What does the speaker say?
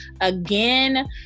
again